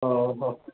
ହେଉ ହେଉ